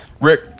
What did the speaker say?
Rick